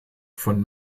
von